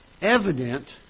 evident